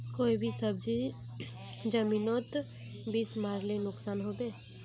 कोई भी सब्जी जमिनोत बीस मरले नुकसान होबे?